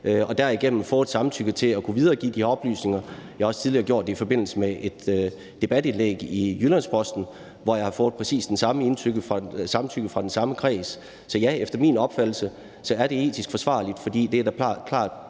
har derigennem fået et samtykke til at kunne videregive de oplysninger. Jeg har også tidligere gjort det i forbindelse med et debatindlæg i Jyllands-Posten, hvor jeg har fået præcis det samme samtykke fra den samme kreds. Så ja, efter min opfattelse er det etisk forsvarligt, fordi det klart